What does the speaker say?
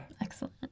Excellent